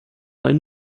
einen